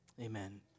Amen